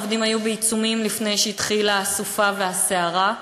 העובדים היו בעיצומים לפני שהתחילו הסופה והסערה.